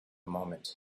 moment